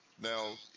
Now